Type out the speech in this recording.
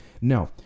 now